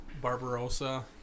barbarossa